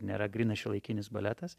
nėra grynas šiuolaikinis baletas